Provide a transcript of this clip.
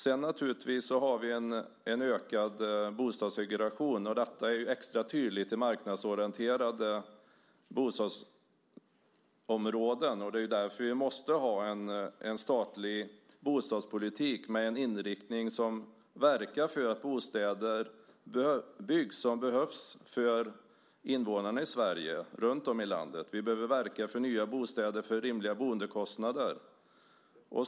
Sedan har vi en ökad bostadssegregation, och detta är extra tydligt i marknadsorienterade bostadsområden. Det är därför vi måste ha en statlig bostadspolitik med en inriktning som verkar för att det byggs bostäder som invånarna runtom i Sverige behöver. Vi behöver verka för nya bostäder till rimliga boendekostnader.